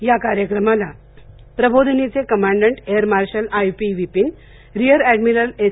या कार्यक्रमाला प्रबोधिनीचे commandant air marshal I P Vipin rear admiral S